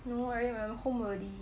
no I mean I'm a homebody